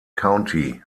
county